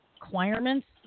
requirements